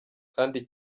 kandi